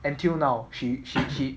until now she she she